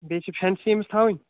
بیٚیہِ چھِ فیٚنسی أمِس تھوٕنۍ